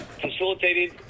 facilitated